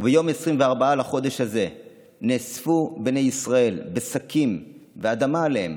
"וביום עשרים וארבעה לחדש הזה נאספו בני ישראל בשקים ואדמה עליהם